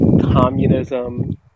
communism